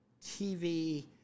TV